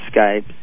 Skype